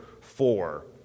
four